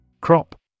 Crop